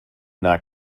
not